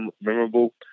memorable